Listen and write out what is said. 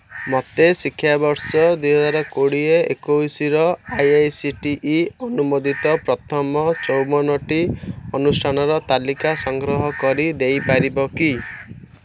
ମୋତେ ଶିକ୍ଷାବର୍ଷ ଦୁଇହଜାର କୋଡ଼ିଏ ଏକୋଉସି ର ଏଆଇ ସିଟିଇ ଅନୁମୋଦିତ ପ୍ରଥମ ଚଉବନ ଟି ଅନୁଷ୍ଠାନର ତାଲିକା ସଂଗ୍ରହ କରି ଦେଇପାରିବ କି